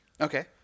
Okay